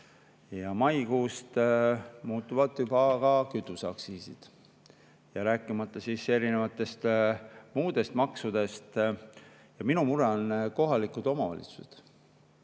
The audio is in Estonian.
Maikuust muutuvad ka kütuseaktsiisid, rääkimata erinevatest muudest maksudest. Ja minu mure on kohalikud omavalitsused.